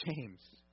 James